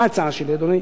מה ההצעה שלי, אדוני?